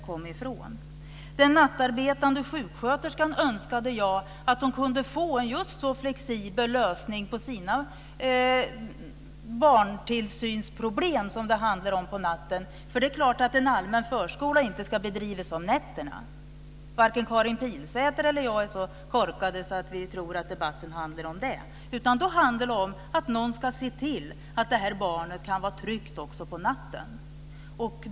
Jag önskar att den nattarbetande sjuksköterskan kan få en flexibel lösning på sina barntillsynsproblem som hon har på natten. Det är klart att en allmän förskola inte ska bedrivas om nätterna. Varken Karin Pilsäter eller jag är så korkade att vi tror att debatten handlar om det. Det handlar om att någon ska se till att det här barnet kan vara tryggt också på natten.